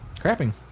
Crapping